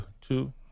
two